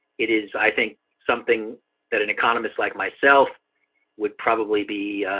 it is, i think, something that an economist like myself would probably be